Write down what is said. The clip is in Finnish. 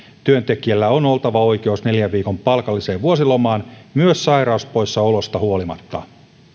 työntekijällä on oltava oikeus neljän viikon palkalliseen vuosilomaan myös sairauspoissaolosta huolimatta